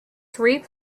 three